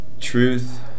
truth